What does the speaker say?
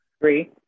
Three